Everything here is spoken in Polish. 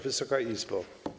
Wysoka Izbo!